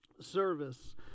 service